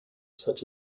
such